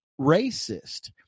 racist